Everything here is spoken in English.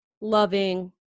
loving